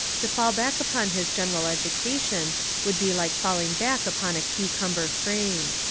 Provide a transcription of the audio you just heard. to fall back upon his general education would be like falling back upon a cucumber frame.